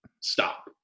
stop